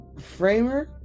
Framer